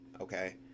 okay